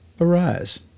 arise